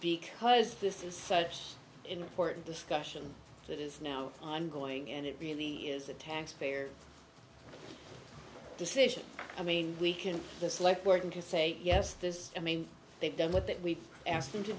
because this is such an important discussion that is now ongoing and it really is a taxpayer decision i mean we can this like we're going to say yes this i mean they've done with that we've asked them to